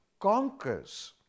conquers